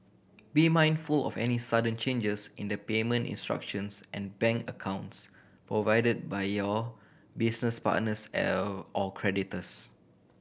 be mindful of any sudden changes in the payment instructions and bank accounts provided by your business partners or creditors